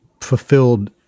fulfilled